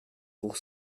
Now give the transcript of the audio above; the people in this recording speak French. pour